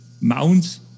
mounts